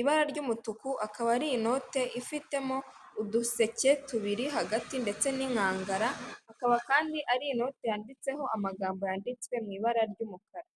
ibara ry'umutuku akaba ari inote ifitemo uduseke tubiri hagati ndetse n'inkangara akaba kandi ari inote yanditseho amagambo yanditswe mu ibara ry'umukara.